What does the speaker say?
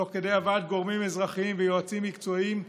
תוך כדי הבאת גורמים אזרחיים ויועצים מקצועיים,